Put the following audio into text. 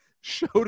showed